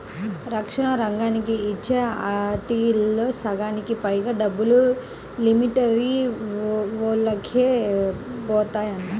రక్షణ రంగానికి ఇచ్చే ఆటిల్లో సగానికి పైగా డబ్బులు మిలిటరీవోల్లకే బోతాయంట